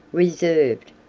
reserved,